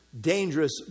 dangerous